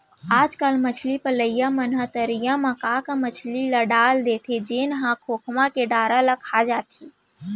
आजकल मछरी पलइया मन ह तरिया म का का मछरी ल डाल देथे जेन ह खोखमा के डारा ल खा जाथे